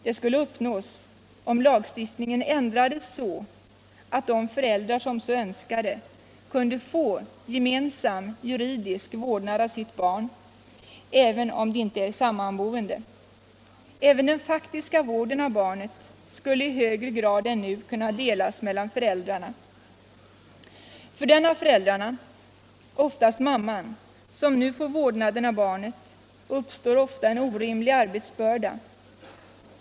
Det skulle uppnås om lagstiftningen ändrades så, att de föräldrar som så önskade kunde få gemensam juridisk vårdnad av sitt barn, även om de inte är sammanboende. Också den faktiska vården av barnet skulle i högre grad än nu kunna delas mellan föräldrarna. För den av föräldrarna — oftast mamman — som nu får vårdnaden av barnet uppstår ofta en orimlig arbetsbörda.